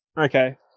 okay